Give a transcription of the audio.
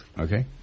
okay